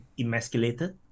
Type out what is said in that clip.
emasculated